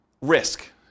risk